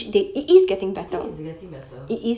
I think it's getting better